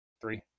Three